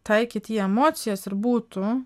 taikyti į emocijas ir būtų